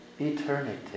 eternity